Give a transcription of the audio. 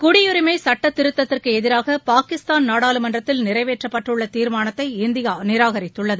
குடியுரிமை சட்டத்திருத்தத்திற்கு எதிராக பாகிஸ்தான் நாடாளுமன்றத்தில் நிறைவேற்றப்பட்டுள்ள தீர்மானத்தை இந்தியா நிராகரித்துள்ளது